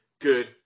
good